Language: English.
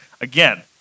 Again